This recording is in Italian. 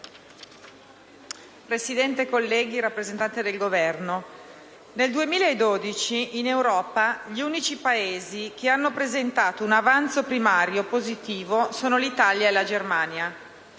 Presidente, colleghi, rappresentante del Governo, nel 2012 in Europa gli unici Paesi che hanno presentato un saldo primario positivo sono l'Italia e la Germania.